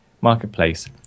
marketplace